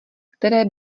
které